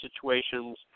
situations